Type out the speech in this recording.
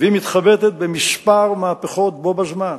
והיא מתחבטת בכמה מהפכות בו בזמן.